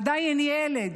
עדיין ילד.